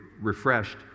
refreshed